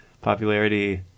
popularity